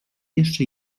jeszcze